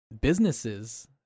businesses